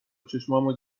چشامو